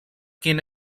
quin